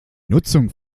nutzung